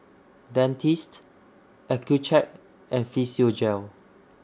Dentiste Accucheck and Physiogel